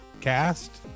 cast